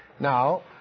Now